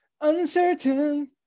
uncertain